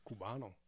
Cubano